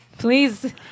Please